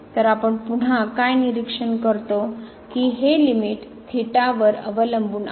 तर आपण पुन्हा काय निरीक्षण करतो की हे लिमिट थीटावर अवलंबून आहे